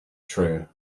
true